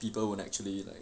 people would actually like